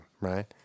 right